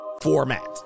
format